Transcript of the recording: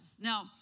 Now